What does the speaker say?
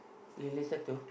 related to